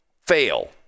fail